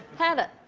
had it.